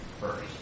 first